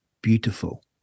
beautiful